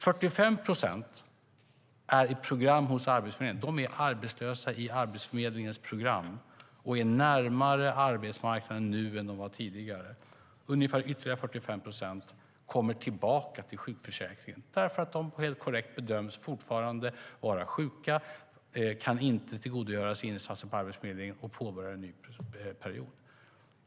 45 procent är i program hos Arbetsförmedlingen. De är arbetslösa i Arbetsförmedlingens program och är närmare arbetsmarknaden nu än de var tidigare. Ungefär ytterligare 45 procent kommer tillbaka till sjukförsäkringen, därför att de helt korrekt bedöms fortfarande vara sjuka och inte kunna tillgodogöra sig insatser från Arbetsförmedlingen, och de påbörjar då en ny period.